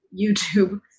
YouTube